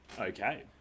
Okay